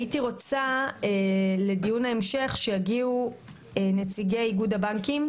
הייתי רוצה שיגיעו לדיון ההמשך נציגי איגוד הבנקים,